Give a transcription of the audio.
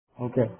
Okay